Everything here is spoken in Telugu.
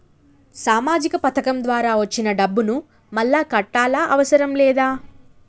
సామాజిక పథకం ద్వారా వచ్చిన డబ్బును మళ్ళా కట్టాలా అవసరం లేదా?